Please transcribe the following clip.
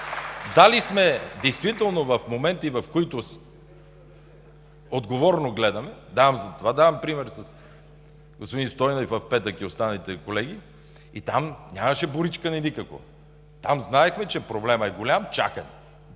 Дали сме действително в моменти, в които отговорно гледаме, затова давам пример с господин Стойнев в петък и останалите колеги, там нямаше никакво боричкане. Там знаехме, че проблемът е голям – чака